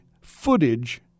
footage